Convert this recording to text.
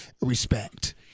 respect